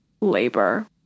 labor